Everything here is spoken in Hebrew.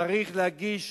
צריך להגיש